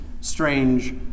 strange